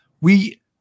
we-